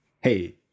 hey